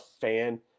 fan